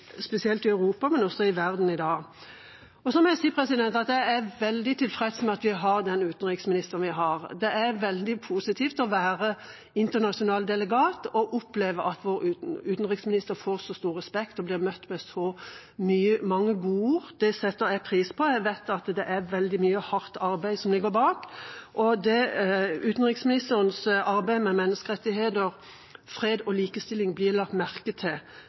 verden i dag. Så må jeg si at jeg er veldig tilfreds med at vi har den utenriksministeren vi har. Det er veldig positivt å være internasjonal delegat og oppleve at vår utenriksminister får så stor respekt og blir møtt med så mange gode ord. Det setter jeg pris på. Jeg vet at det er veldig mye hardt arbeid som ligger bak, og utenriksministerens arbeid med menneskerettigheter, fred og likestilling blir lagt merke til.